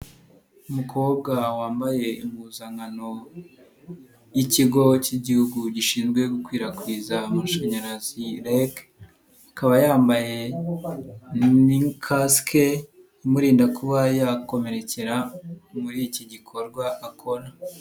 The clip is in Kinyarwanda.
Umukobwa wambaye impuzankano y'ikigo cy'igihugu gishinzwe gukwirakwiza amashanyarazi REG, akaba yambaye kasike imurinda kuba yakomerekera muri iki gikorwa akora.